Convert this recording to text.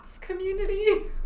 community